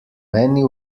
many